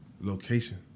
location